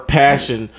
passion